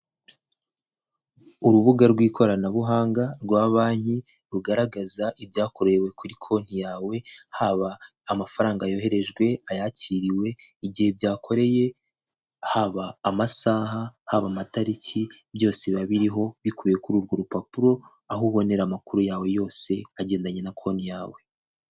Urubuga rw'ikoranabuhanga rwa banki rugaragaza ibyakorewe kuri konti yawe, haba amafaranga yoherejwe, ayakiriwe, igihe byakoreye, haba amasaha, haba amatariki byose biba biriho bikubiye kuri urwo rupapuro aho ubonera amakuru yawe yose agendanye na konti yawe.